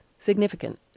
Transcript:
Significant